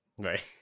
Right